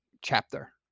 chapter